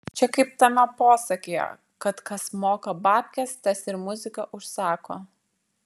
čia kaip tame posakyje kad kas moka babkes tas ir muziką užsako